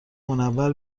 منور